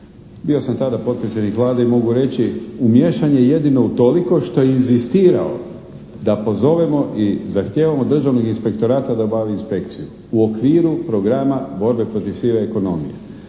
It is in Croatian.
Bio sam tada potpredsjednik Vlade i mogu reći umiješan je jedino utoliko što je inzistirao da pozovemo i da zahtijevamo od Državnog inspektorata da obavi inspekciju u okviru programa borbe protiv sive ekonomije.